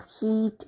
heat